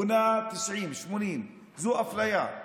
בונה 90, 80, זו אפליה.